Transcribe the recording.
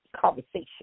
conversation